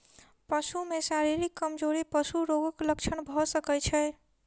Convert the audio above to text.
पशु में शारीरिक कमजोरी पशु रोगक लक्षण भ सकै छै